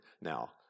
now